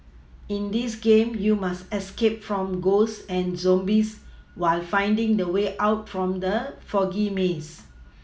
in this game you must escape from ghosts and zombies while finding the way out from the foggy maze